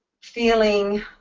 feeling